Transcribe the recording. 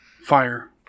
Fire